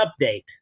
update